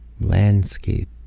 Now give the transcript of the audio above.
landscape